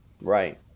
Right